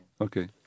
Okay